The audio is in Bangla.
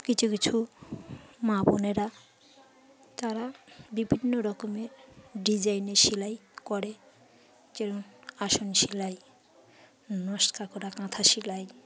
কিছু কিছু মা বোনেরা তারা বিভিন্ন রকমের ডিজাইনের সেলাই করে যেমন আসন সেলাই নকসা করা কাঁথা সেলাই